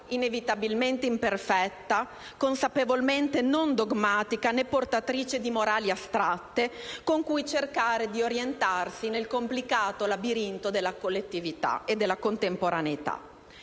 inevitabilmente imperfetta e consapevolmente non dogmatica, né portatrice di morali astratte con cui cercare di orientarsi nel complicato labirinto della collettività e della contemporaneità.